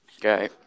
Okay